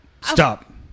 Stop